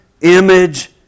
image